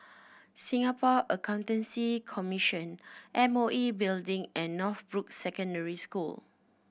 Singapore Accountancy Commission M O E Building and Northbrooks Secondary School